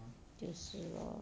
就是 lor